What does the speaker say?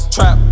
Trap